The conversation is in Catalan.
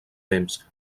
temps